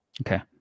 okay